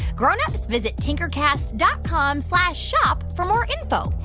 grown-ups, visit tinkercast dot com slash shop for more info.